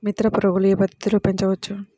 మిత్ర పురుగులు ఏ పద్దతిలో పెంచవచ్చు?